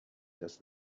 does